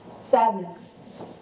Sadness